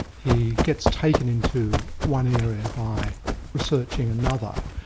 he gets taken into one area by research in another,